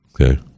Okay